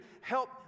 help